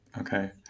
Okay